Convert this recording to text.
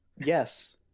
Yes